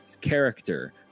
character